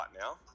now